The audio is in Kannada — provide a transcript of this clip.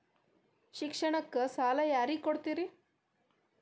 ಶಿಕ್ಷಣಕ್ಕ ಸಾಲ ಯಾರಿಗೆ ಕೊಡ್ತೇರಿ?